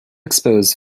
expose